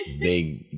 big